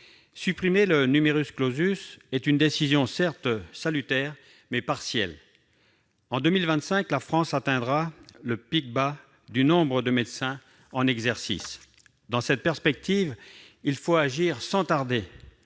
Supprimer le est une décision salutaire, mais partielle. En 2025, la France atteindra le pic bas du nombre de médecins en exercice. Dans cette perspective, il faut agir sans tarder